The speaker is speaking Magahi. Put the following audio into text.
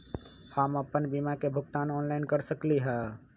हम अपन बीमा के भुगतान ऑनलाइन कर सकली ह?